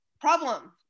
problem